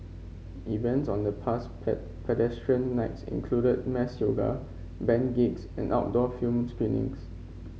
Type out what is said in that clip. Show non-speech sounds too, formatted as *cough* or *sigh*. events on the past *unintelligible* Pedestrian Nights included mass yoga band gigs and outdoor film screenings